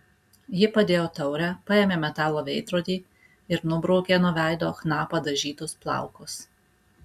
ji padėjo taurę paėmė metalo veidrodį ir nubraukė nuo veido chna padažytus plaukus